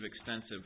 extensive